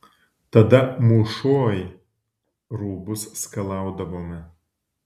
tada mūšoj rūbus skalaudavome